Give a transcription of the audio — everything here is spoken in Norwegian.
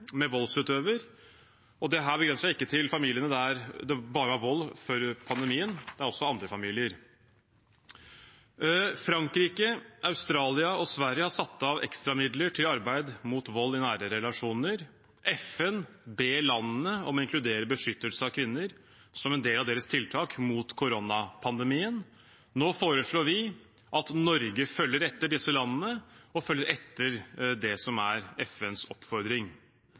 med en voldsutøver, og dette begrenser seg ikke bare til familiene der det var vold før pandemien, det er også andre familier. Frankrike, Australia og Sverige har satt av ekstramidler til arbeid mot vold i nære relasjoner. FN ber landene om å inkludere beskyttelse av kvinner som en del av sine tiltak mot koronapandemien. Nå foreslår vi at Norge følger etter disse landene og følger etter det som er FNs oppfordring.